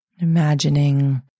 Imagining